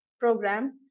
program